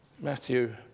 Matthew